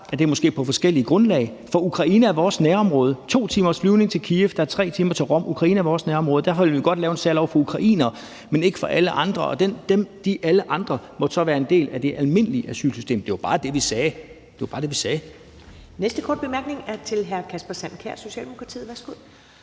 at det måske er på forskellige grundlag, for Ukraine hører til vores nærområde; der er 2 timers flyvning til Kyiv, der er 3 timer til Rom. Ukraine er i vores nærområde, og derfor vil vi godt lave en særlov for ukrainere, men ikke for alle andre. Alle de andre må så være en del af det almindelige asylsystem. Det var bare det, vi sagde – det var bare det, vi sagde. Kl. 16:05 Første næstformand (Karen Ellemann) : Næste korte bemærkning er til hr. Kasper Sand Kjær, Socialdemokratiet. Værsgo.